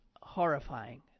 horrifying